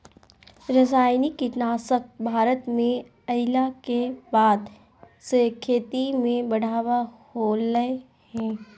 रासायनिक कीटनासक भारत में अइला के बाद से खेती में बढ़ावा होलय हें